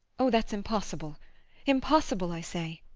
oh! that's impossible impossible, i say.